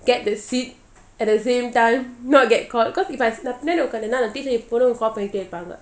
get the seat at the same time not get caught cause if I பின்னாடிஉட்கார்ந்தேனாபண்ணிட்டேஇருப்பாங்க:pinnadi utkarnthena pannite irupanga